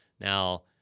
now